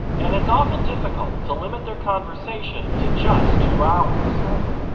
and it's often difficult to limit their conversations to just two hours. ah like